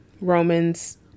Romans